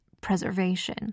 preservation